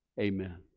Amen